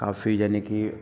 ਕਾਫ਼ੀ ਯਾਨੀ ਕਿ